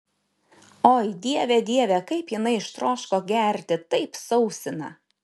oi dieve dieve kaip jinai ištroško gerti taip sausina